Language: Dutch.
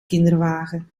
kinderwagen